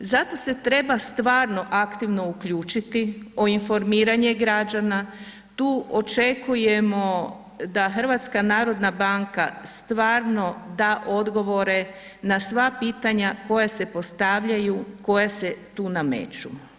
Zato se treba stvarno aktivno uključiti o informiranje građana, tu očekujemo da HNB stvarno da odgovore na sva pitanja koja se postavljaju, koja se tu nameću.